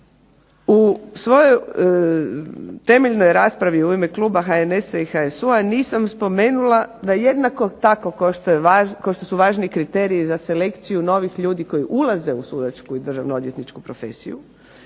U svojoj temeljnoj raspravi u ime kluba HNS-a i HSU-a nisam spomenula da jednako tako kao što su važni kriteriji za selekciju novih ljudi koji ulaze u sudačku i državno odvjetničku profesiju,